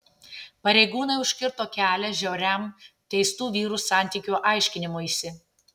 pareigūnai užkirto kelią žiauriam teistų vyrų santykių aiškinimuisi